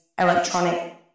electronic